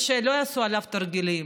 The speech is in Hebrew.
ושלא יעשו עליו תרגילים,